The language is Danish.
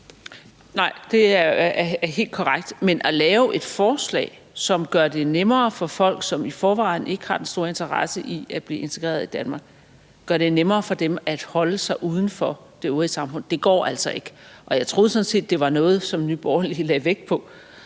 Nej, det er helt korrekt. Men at lave et forslag, som gør det nemmere for folk, som i forvejen ikke har den store interesse i at blive integreret i Danmark, at holde sig uden for det øvrige samfund, går altså ikke. Jeg troede sådan set, at det var noget, som Nye Borgerlige lagde vægt på,